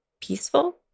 peaceful